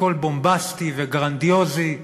הכול בומבסטי וגרנדיוזי,